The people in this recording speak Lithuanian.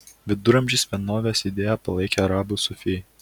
viduramžiais vienovės idėją palaikė arabų sufijai